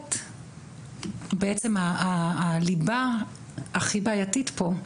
מסכמת בעצם הליבה הכי בעייתית פה,